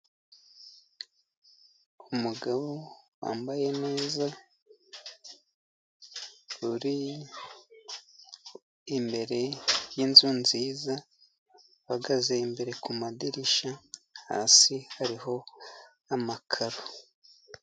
Umugabo wambaye neza uri imbere yinzu nziza, uhagaze imbere kumadirishya, hasi hariho amakarao.